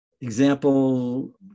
Example